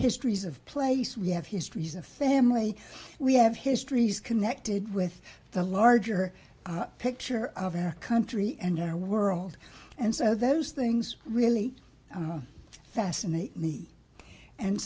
histories of place we have histories of family we have histories connected with the larger picture of our country and our world and so those things really fascinate me and